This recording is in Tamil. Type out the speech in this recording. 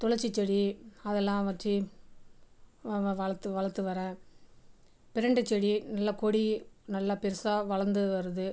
துளசி செடி அதெல்லாம் வச்சு வ வ வளர்த்து வளர்த்து வரேன் பிரண்டை செடி நல்லா கொடி நல்லா பெருசாக வளர்ந்து வருது